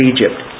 Egypt